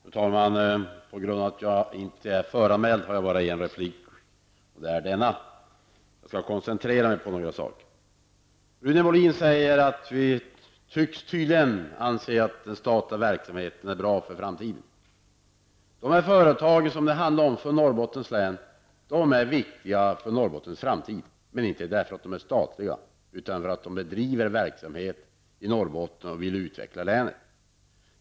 Fru talman! På grund av att jag inte är föranmäld har jag bara en replik, och det är den som jag nu har fått. Jag skall koncentrera mig på några saker. Rune Molin säger att vi tydligen anser att den statliga verksamheten är bra för framtiden. De företag som det här handlar om i Norrbottens län är viktiga för Norrbottens framtid, men inte därför att de är statliga utan därför att de bedriver verksamhet i Norrbotten och vill utveckla länet.